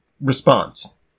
response